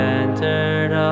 entered